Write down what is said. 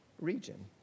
region